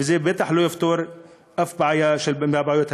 ובטח זה לא יפתור אף בעיה מבעיות הדיור.